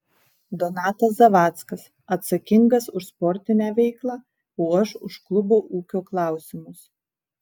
donatas zavackas atsakingas už sportinę veiklą o aš už klubo ūkio klausimus